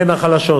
החלשות.